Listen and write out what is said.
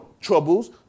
troubles